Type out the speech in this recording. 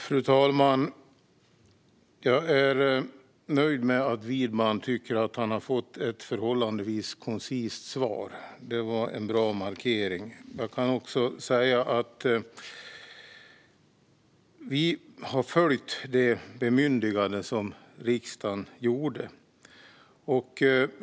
Fru talman! Jag är nöjd med att Widman tycker att han har fått ett förhållandevis koncist svar. Det var en bra markering. Jag kan också säga att vi har följt riksdagens tillkännagivande.